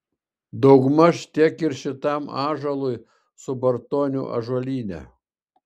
daugmaž tiek ir šitam ąžuolui subartonių ąžuolyne